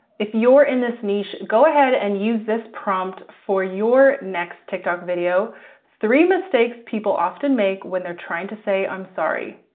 if you're in this niche, go ahead and use this prompt for your next tiktok video three mistakes people often make when they're trying to say, i'm sorry.